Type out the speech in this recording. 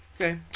Okay